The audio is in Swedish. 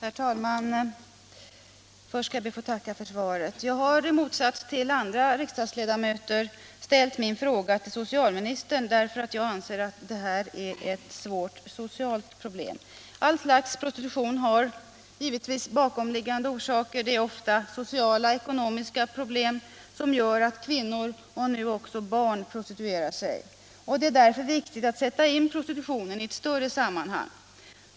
Herr talman! Först skall jag be att få tacka för svaret. Jag har i motsats till andra riksdagsledamöter ställt min fråga till socialministern därför att jag anser att det här är ett svårt socialt problem: All slags prostitution har givetvis bakomliggande orsaker. Det är ofta sociala och ekonomiska problem som gör att kvinnor och nu också barn prostituerar sig. Det är därför viktigt att sätta in prostitutionen i ett större sammanhang.